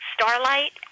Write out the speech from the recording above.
Starlight